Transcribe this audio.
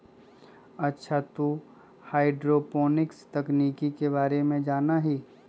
अच्छा तू हाईड्रोपोनिक्स तकनीक के बारे में जाना हीं?